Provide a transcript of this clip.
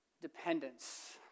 dependence